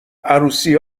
عروسی